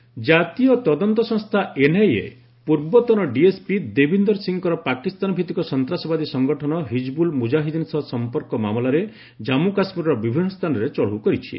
NIA ତଦନ୍ତ ଜାତୀୟ ତଦନ୍ତ ସଂସ୍ଥା ଏନ୍ଆଇଏ ପୂର୍ବତନ ଡିଏସ୍ପି ଦେବିନ୍ଦର ସିଂହଙ୍କର ପାକିସ୍ତାନ ଭିଭିକ ସନ୍ତାସବାଦୀ ସଂଗଠନ ହିଜ୍ବୁଲ୍ ମୁଜାହିଦିନ ସହ ସମ୍ପର୍କ ମାମଲାରେ ଜାମ୍ପୁ କାଶ୍ମୀରର ବିଭିନ୍ନ ସ୍ଥାନରେ ଚଢ଼ଉ କରିଛି